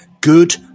good